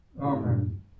Amen